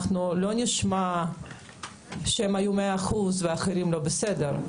אנחנו לא נשמע שהם היו מאה אחוז ואילו האחרים לא בסדר,